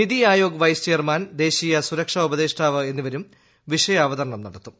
NITI Aayog vice chairman ദേശീയ സുരക്ഷാ ഉപദേഷ്ടാവ് എന്നിവരും വിഷയാവതരണം നടത്തും